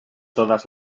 todas